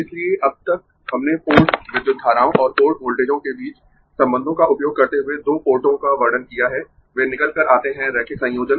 इसलिए अब तक हमने पोर्ट विद्युत धाराओं और पोर्ट वोल्टेजों के बीच संबंधों का उपयोग करते हुए दो पोर्टों का वर्णन किया है वे निकल कर आते है रैखिक संयोजन